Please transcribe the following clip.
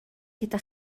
gyda